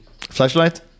flashlight